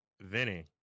Vinny